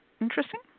interesting